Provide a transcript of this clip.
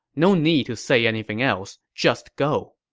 no need to say anything else, just go.